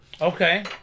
Okay